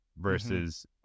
versus